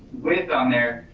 width on there,